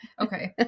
okay